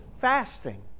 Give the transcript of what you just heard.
fasting